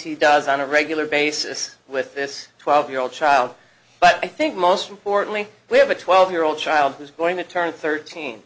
he does on a regular basis with this twelve year old child but i think most importantly we have a twelve year old child who's going to turn thirteen